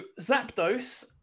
Zapdos